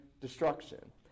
destruction